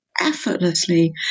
effortlessly